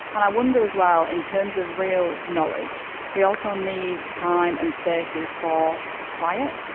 and i wonder as well in terms of real knowledge we also need time and spaces for quiet,